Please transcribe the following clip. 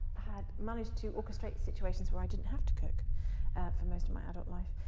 had managed to orchestrate situations where i didn't have to cook for most of my adult life.